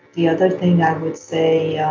the other thing i would say